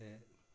ते